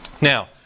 Now